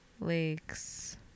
lakes